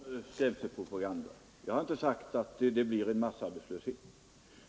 Herr talman! Jag har inte försökt mig på någon skrämselpropaganda. Jag har inte sagt att det blir massarbetslöshet.